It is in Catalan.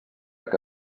que